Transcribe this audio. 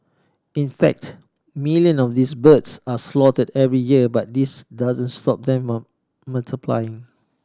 in fact million of these birds are slaughtered every year but this doesn't stop them multiplying